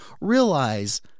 realize